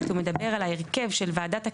הוא מדבר על ההרכב של ועדת הקבלה.